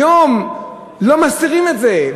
היום לא מסתירים את זה,